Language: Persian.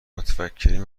متفکرین